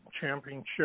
championship